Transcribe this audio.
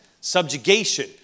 subjugation